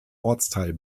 ortsteil